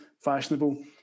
fashionable